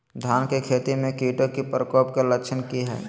धान की खेती में कीटों के प्रकोप के लक्षण कि हैय?